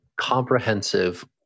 comprehensive